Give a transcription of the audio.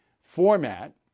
format